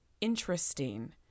interesting